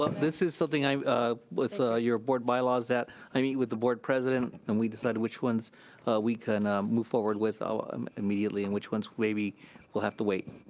this is something with ah your board bylaws that i meet with the board president, and we decided which ones we can move forward with ah um immediately and which ones maybe will have to wait.